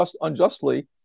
unjustly